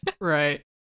right